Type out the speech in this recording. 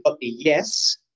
yes